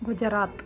Gujarat